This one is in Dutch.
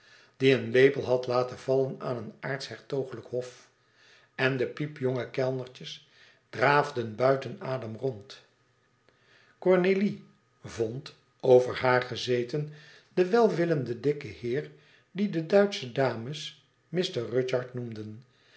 die een lepel had laten vallen aan een aarts hertogelijk hof en de piepjonge kellnertjes draafden buiten adem rond cornélie vond over haar gezeten den de uitsche dames mr rudyard noemden